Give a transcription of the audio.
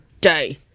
day